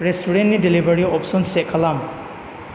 रेस्टुरेननि delivery option check खालाम